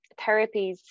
therapies